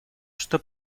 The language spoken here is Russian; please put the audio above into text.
что